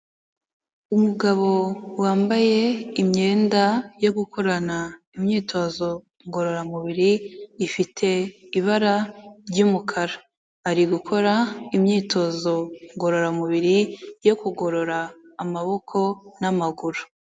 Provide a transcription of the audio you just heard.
Umugabo wambaye imyenda yo gukorana imyitozo ngororamubiri, ifite ibara ry'umukara, ari gukora imyitozo ngororamubiri yo kugorora amaboko n'amaguru.